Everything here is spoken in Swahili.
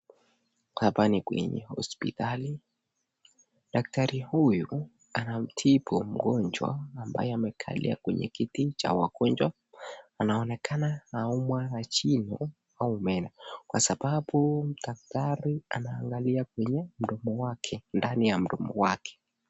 Hapa ni kwenye hospitali . Daktari huyu anamtibu mgojwa ambaye amakalia kwenye kiti cha wagojwa . Anaonekana anaumwa na jino au meno . Kwa sababu Daktari anaangalia kwenye meno yake ndani ya mdomo wake.